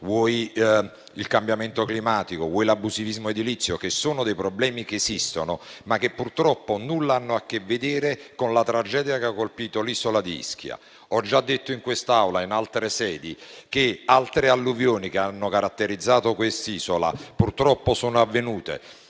il cambiamento climatico o l'abusivismo edilizio, che sono dei problemi che esistono, ma che purtroppo nulla hanno a che vedere con la tragedia che ha colpito l'isola di Ischia. Ho già detto in quest'Aula e in altre sedi che altre alluvioni che hanno caratterizzato quest'isola purtroppo sono avvenute